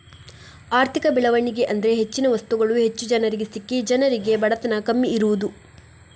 ಆರ್ಥಿಕ ಬೆಳವಣಿಗೆ ಅಂದ್ರೆ ಹೆಚ್ಚಿನ ವಸ್ತುಗಳು ಹೆಚ್ಚು ಜನರಿಗೆ ಸಿಕ್ಕಿ ಜನರಿಗೆ ಬಡತನ ಕಮ್ಮಿ ಇರುದು